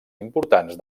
importants